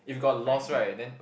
like I cannot